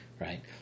right